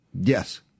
Yes